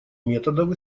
методов